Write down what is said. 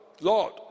Lord